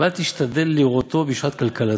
ואל תשתדל לראותו בשעת קלקלתו.